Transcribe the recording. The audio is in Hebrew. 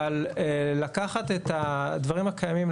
אבל לקחת את הדברים הקיימים,